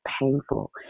painful